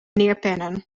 neerpennen